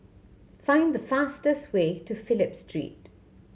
find the fastest way to Phillip Street